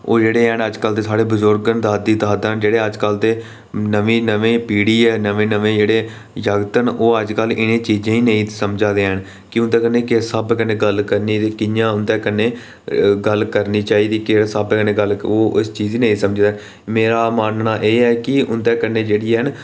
ओह् जेह्ड़े हैन अजकल दे साढ़े बुजुर्ग न दादी दादा न जेह्ड़े अजकल दे नमीं नमीं पीढ़ी ऐ नमें नमें जेह्ड़े जागत न ओह् अजकल इ'नें ई चीजें ई नेईं समझै दे हैन कि उं'दे कन्नै किस स्हाबै कन्नै गल्ल करनी ते कि'यां उं'दे कन्नै गल्ल करनी चाहिदी केह्ड़े स्हाबै कन्नै गल्ल ओह् इस चीज ई नेईं समझदे हैन मेरे मन्नना एह् ऐ कि उं'दे कन्नै जेह्ड़े हैन